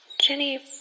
Jenny